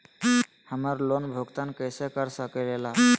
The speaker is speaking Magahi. हम्मर लोन भुगतान कैसे कर सके ला?